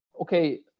okay